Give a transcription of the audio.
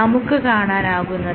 നമുക്ക് കാണാനാകുന്നത്